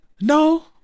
No